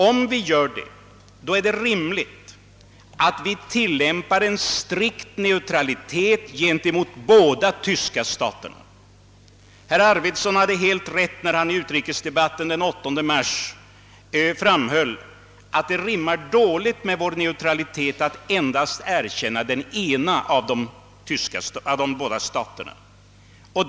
Om vi gör det, är det rimligt att vi tillämpar en strikt neutralitet gentemot båda de tyska staterna. Herr Arvidson hade helt rätt när han i utrikesdebatten den 8 mars framhöll, att »det rimmar dåligt med vår neutralitet att erkänna endast den ena av de båda staterna».